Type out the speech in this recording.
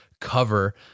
cover